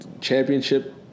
championship